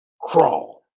crawl